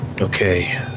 okay